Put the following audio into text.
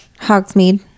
Hogsmeade